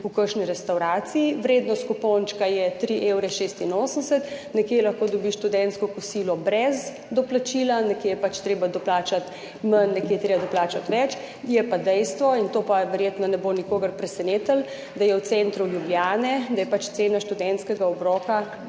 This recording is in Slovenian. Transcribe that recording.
v kakšni restavraciji. Vrednost kupončka je 3 evre 86, nekje lahko dobi študentsko kosilo brez doplačila, nekje je pač treba doplačati manj, nekje je treba doplačati več. Je pa dejstvo, to pa verjetno ne bo nikogar presenetilo, da je v centru Ljubljane cena študentskega obroka